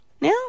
now